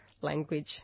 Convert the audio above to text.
language